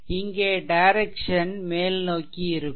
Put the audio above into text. இங்கே டைரெக்சன் மேல்நோக்கி இருக்கும்